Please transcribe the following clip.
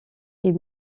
est